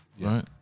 Right